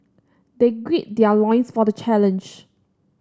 they gird their loins for the challenge